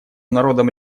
народам